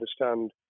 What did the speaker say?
understand